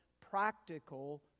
practical